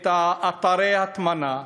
את אתרי ההטמנה,